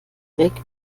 weg